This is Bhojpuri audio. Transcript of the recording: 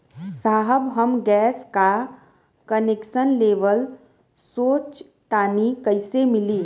साहब हम गैस का कनेक्सन लेवल सोंचतानी कइसे मिली?